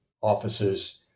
offices